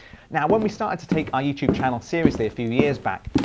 now when we started to take our youtube channel seriously, a few years back,